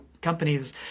companies